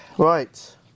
right